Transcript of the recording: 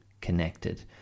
connected